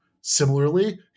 Similarly